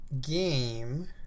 game